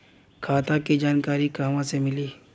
खाता के जानकारी कहवा से मिली?